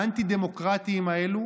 האנטי-דמוקרטיים האלה,